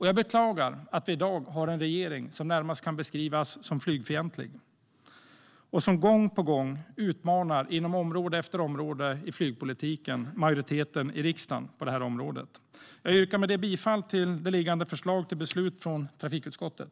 Jag beklagar att vi i dag har en regering som närmast kan beskrivas som flygfientlig och som gång på gång, inom område efter område i flygpolitiken, utmanar majoriteten i riksdagen. Jag yrkar med detta bifall till det liggande förslaget till beslut från trafikutskottet.